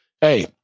Hey